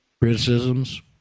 criticisms